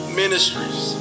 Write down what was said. ministries